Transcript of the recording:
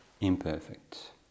imperfect